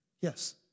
yes